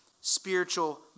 spiritual